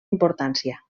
importància